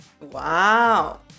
Wow